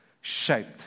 shaped